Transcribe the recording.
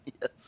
Yes